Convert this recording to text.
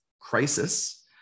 crisis